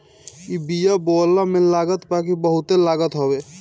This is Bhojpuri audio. इ बिया बोअला में लागत बाकी बहुते लागत हवे